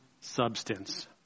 substance